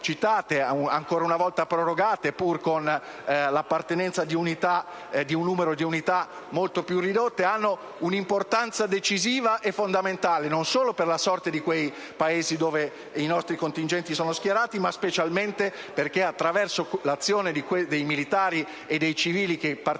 ancora una volta prorogate, pur con un numero di unità molto ridotto, hanno un'importanza decisiva, fondamentale non solo per la sorte dei Paesi dove i nostri contingenti sono schierati ma specialmente perché attraverso l'azione dei militari e dei civili che partecipano